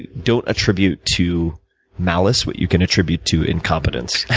don't attribute to malice what you can attribute to incompetence.